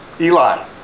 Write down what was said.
Eli